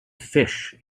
fish